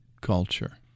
culture